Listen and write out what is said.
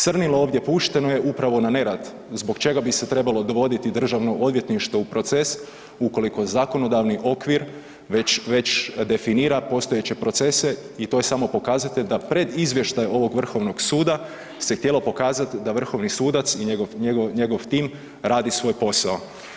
Crnilo ovdje pušteno je upravo na ne rad zbog čega bi se trebalo dovoditi Državno odvjetništvo u proces ukoliko zakonodavni okvir već, već definira postojeće procese i to je samo pokazatelj da pred izvještaj ovog Vrhovnog suda se htjelo pokazati da vrhovni sudac i njegov tim radi svoj posao.